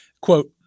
Quote